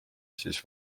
siis